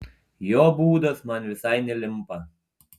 jo būdas man visai nelimpa